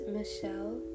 Michelle